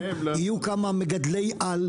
יהיו כמה מגדלי על,